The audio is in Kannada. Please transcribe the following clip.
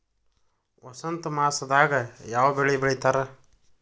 ವಸಂತ ಮಾಸದಾಗ್ ಯಾವ ಬೆಳಿ ಬೆಳಿತಾರ?